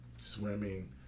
swimming